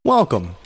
Welcome